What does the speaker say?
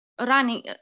running